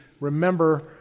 remember